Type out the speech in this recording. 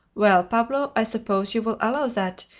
well, pablo, i suppose you will allow that,